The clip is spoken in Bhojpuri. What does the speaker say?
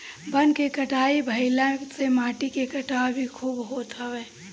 वन के कटाई भाइला से माटी के कटाव भी खूब होत हवे